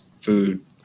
food